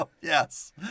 Yes